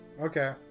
Okay